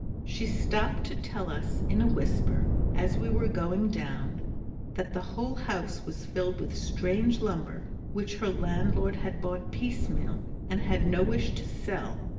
she stopped to tell us in a whisper as we were going down that the whole house was filled with strange lumber which her landlord had bought piecemeal and had no wish to sell,